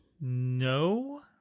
No